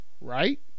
right